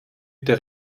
der